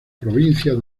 provincia